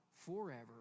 forever